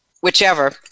whichever